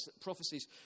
prophecies